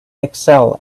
excel